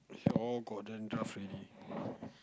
all got dandruff already